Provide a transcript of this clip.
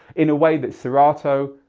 in a way that serato,